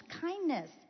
kindness